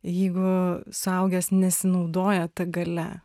jeigu suaugęs nesinaudoja ta galia